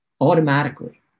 automatically